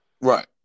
Right